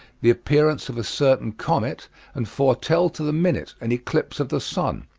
the appearance of a certain comet and foretell to the minute an eclipse of the sun.